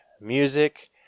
music